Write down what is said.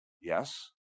Yes